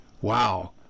Wow